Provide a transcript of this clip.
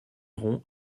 rond